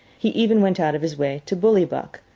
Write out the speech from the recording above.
he even went out of his way to bully buck,